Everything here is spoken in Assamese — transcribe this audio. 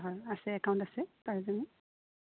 হয় আছে একাউণ্ট আছে গাৰ্জেনৰ